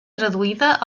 traduïda